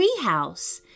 treehouse